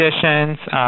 conditions